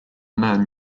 nan